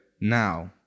now